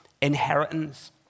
inheritance